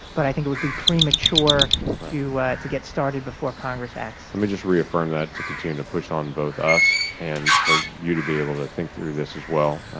but i think it would be premature to to get started before congress acts. let me just reaffirm that, to continue to push on both us and for you to be able to think through this as well.